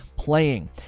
Playing